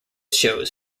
shows